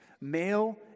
male